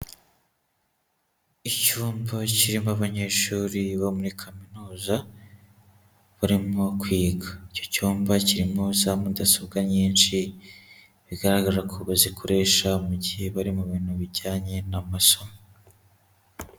Icyumba kirimo abanyeshuri bo muri kaminuza, barimo kwiga. Icyo cyumba kirimo za mudasobwa nyinshi, bigaragara ko bazikoresha mu gihe bari mu bintu bijyanye n'amasomo.